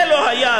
זה לא היה.